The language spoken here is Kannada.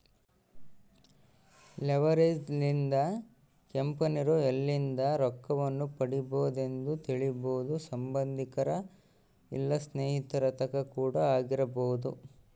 ಲೆವೆರೇಜ್ ಲಿಂದ ಕಂಪೆನಿರೊ ಎಲ್ಲಿಂದ ರೊಕ್ಕವನ್ನು ಪಡಿಬೊದೆಂದು ತಿಳಿಬೊದು ಸಂಬಂದಿಕರ ಇಲ್ಲ ಸ್ನೇಹಿತರ ತಕ ಕೂಡ ಆಗಿರಬೊದು